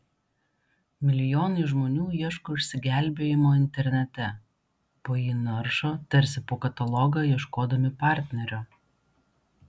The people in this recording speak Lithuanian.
milijonai žmonių ieško išsigelbėjimo internete po jį naršo tarsi po katalogą ieškodami partnerio